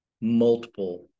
multiple